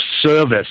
service